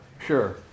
Sure